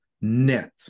net